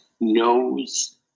knows